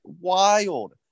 wild